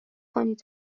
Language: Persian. کنید